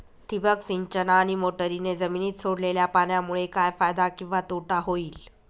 ठिबक सिंचन आणि मोटरीने जमिनीत सोडलेल्या पाण्यामुळे काय फायदा किंवा तोटा होईल?